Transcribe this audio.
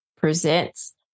presents